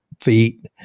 feet